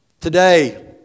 Today